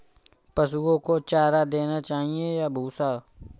पशुओं को चारा देना चाहिए या भूसा?